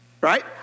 Right